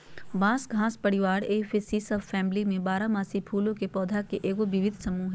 बांस घास परिवार पोएसी सबफैमिली में बारहमासी फूलों के पौधा के एगो विविध समूह हइ